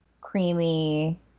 creamy